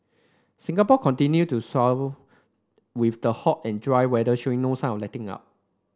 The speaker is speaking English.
Singapore continue to with the hot and dry weather showing no sign letting up